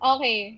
Okay